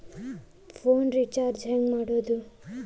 Phone recharge ಹೆಂಗೆ ಮಾಡೋದು?